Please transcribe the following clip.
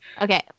Okay